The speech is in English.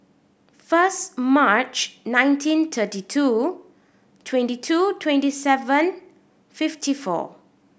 first March nineteen thirty two twenty two twenty seven fifty four